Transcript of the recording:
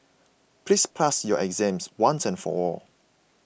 please pass your exams once and for all